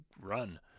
run